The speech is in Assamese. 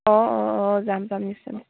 অঁ অঁ অঁ যাম যাম